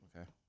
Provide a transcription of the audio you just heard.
Okay